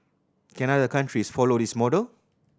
can other countries follow this model